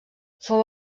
fou